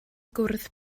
gwrdd